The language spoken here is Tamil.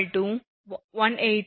72 180